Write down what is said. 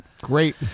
great